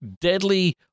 deadly